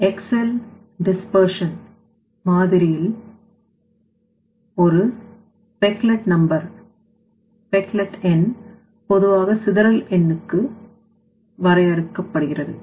Excel சிதறல் மாதிரியில் ஒரு எண்பொதுவாக சிதறல் எண்ணுக்கு வரையறுக்கப்படுகிறது